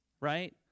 right